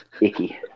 icky